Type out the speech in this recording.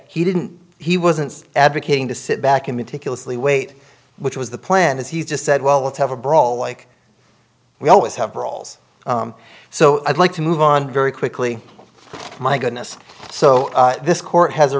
he didn't he wasn't advocating to sit back and meticulously wait which was the plan as he just said well let's have a brawl like we always have brawls so i'd like to move on very quickly oh my goodness so this court has a